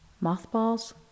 Mothballs